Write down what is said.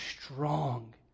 strong